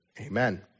Amen